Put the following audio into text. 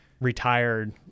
retired